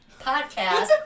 Podcast